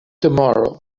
tomorrow